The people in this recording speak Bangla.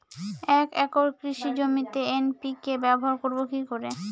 এক একর কৃষি জমিতে এন.পি.কে ব্যবহার করব কি করে?